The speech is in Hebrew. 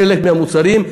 חלק מהמוצרים,